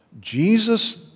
Jesus